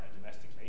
domestically